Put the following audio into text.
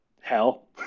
hell